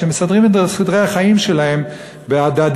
שבו מסדרים את סדרי החיים שלהם בהדדיות,